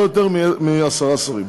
לא יותר מעשרה שרים.